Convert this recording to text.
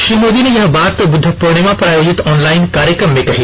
श्री मोदी ने यह बात ब्रद्ध पूर्णिमा पर आयोजित ऑनलाइन कार्यक्रम में कही